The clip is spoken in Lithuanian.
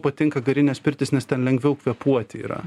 patinka garinės pirtys nes ten lengviau kvėpuoti yra